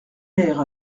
mère